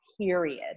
period